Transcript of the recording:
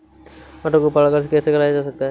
मटर को परागण कैसे कराया जाता है?